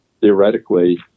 theoretically